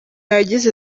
yagize